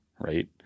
right